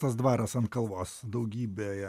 tas dvaras ant kalvos daugybėje